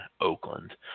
Oakland